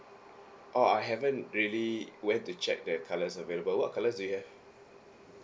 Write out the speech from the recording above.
orh I haven't really where to check the colours available what colours do you have